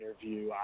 interview